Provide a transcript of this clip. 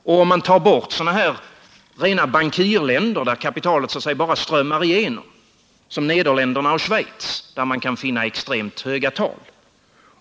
Sedan är vissa länder rena bankirländer, som Nederländerna och Schweiz, där kapitalet bara så att säga strömmar igenom och för vilka man kan finna extremt höga tal.